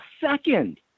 second